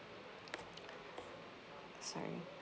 sorry